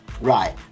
right